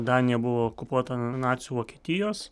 danija buvo okupuota nacių vokietijos